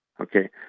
Okay